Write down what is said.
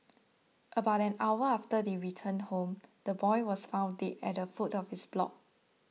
about an hour after they returned home the boy was found dead at the foot of his block